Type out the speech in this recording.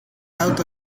out